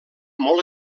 molt